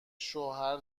شوهر